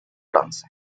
bronce